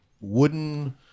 wooden